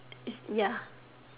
is ya